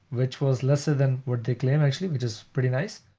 which was lesser than what they claim actually, which is pretty nice.